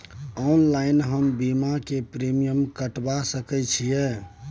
Online हम बीमा के प्रीमियम कटवा सके छिए?